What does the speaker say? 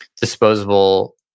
disposable